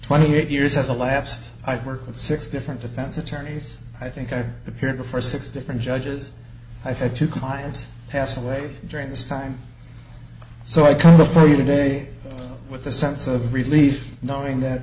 twenty eight years has elapsed i've worked with six different defense attorneys i think i've appeared before six different judges i've had two clients pass away during this time so i come before you today with a sense of relief knowing that